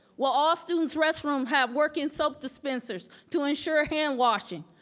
will all students restroom have working soap dispensers to ensure ah hand washing?